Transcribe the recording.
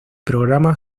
programa